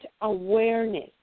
awareness